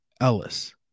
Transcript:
Ellis